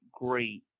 great